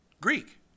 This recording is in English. Greek